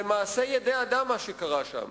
זה מעשה ידי אדם, מה שקרה שם,